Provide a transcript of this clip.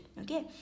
okay